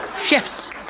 Chefs